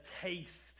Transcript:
taste